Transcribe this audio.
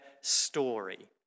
story